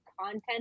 content